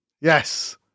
Yes